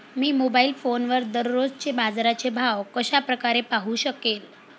मी mobile फोनवर दररोजचे बाजाराचे भाव कशा प्रकारे पाहू शकेल?